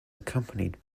accompanied